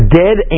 dead